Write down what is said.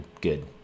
good